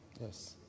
Yes